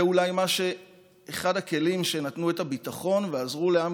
זה אולי אחד הכלים שנתנו את הביטחון ועזרו לעם